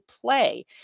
play